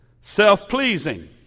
self-pleasing